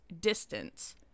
distance